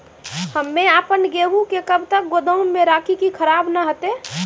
हम्मे आपन गेहूँ के कब तक गोदाम मे राखी कि खराब न हते?